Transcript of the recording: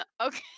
Okay